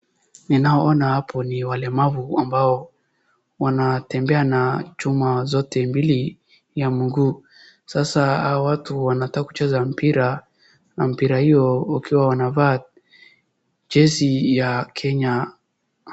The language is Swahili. Ninaona hapo ni walemavu ambao wanatembea na chuma zote mbili ya mguu. Sasa hao watu wanataka kucheza mpira na mpira hiyo ukiwa wanavaa jezi ya Kenya.